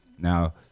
Now